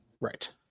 Right